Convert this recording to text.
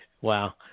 Wow